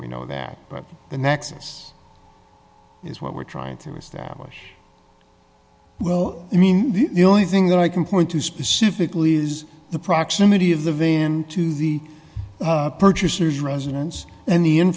we know that but the nexus is what we're trying to establish well i mean the only thing that i can point to specifically is the proximity of the van to the purchaser's residence and the in